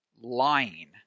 lying